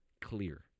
clear